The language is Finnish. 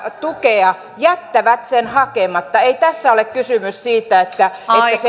tukea jättävät sen hakematta ei tässä ole kysymys siitä että se taataan kaikille